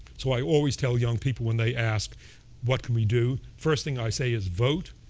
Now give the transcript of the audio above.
so i always tell young people when they ask what can we do, first thing i say is vote.